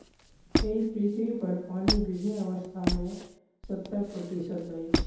एहि पृथ्वीपर पानि विभिन्न अवस्था मे सत्तर प्रतिशत अछि